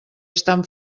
estan